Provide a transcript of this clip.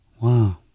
Wow